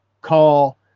call